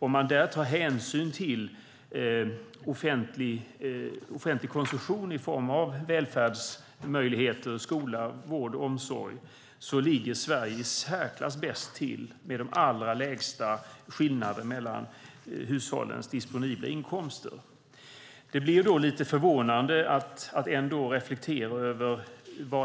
Om man tar hänsyn till offentlig konsumtion i form av välfärdsmöjligheter, skola, vård och omsorg, ligger Sverige i särklass bäst till med de allra minsta skillnaderna mellan hushållens disponibla inkomster. Man blir då lite förvånad när man reflekterar över